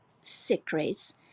secrets